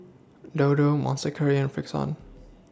Dodo Monster Curry and Frixion